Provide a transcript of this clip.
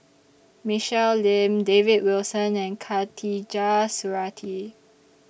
Michelle Lim David Wilson and Khatijah Surattee